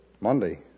Monday